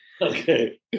Okay